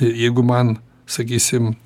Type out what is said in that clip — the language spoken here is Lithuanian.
jeigu man sakysim